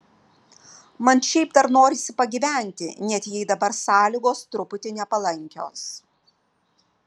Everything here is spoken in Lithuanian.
man šiaip dar norisi pagyventi net jei dabar sąlygos truputį nepalankios